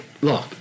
look